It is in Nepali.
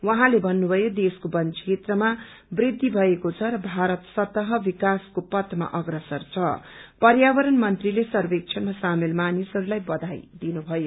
उहाँले भन्नुभयो देश्को वन क्षेत्रमा वृद्खि भएको छ र भारत सतत विकाासको पथमा अग्रसर छं पर्यावरण मंत्रीले सर्वेक्षणमा शामेल मानिसहरूलाई बधाई दिनुभयो